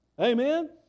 amen